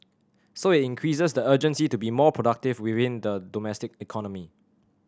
so it increases the urgency to be more productive within the domestic economy